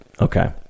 Okay